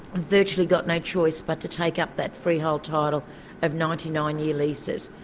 virtually got no choice but to take up that freehold title of ninety nine year leases.